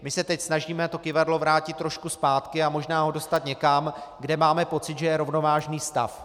My se teď snažíme kyvadlo vrátit trošku zpátky a možná ho dostat někam, kde máme pocit, že je rovnovážný stav.